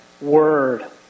Word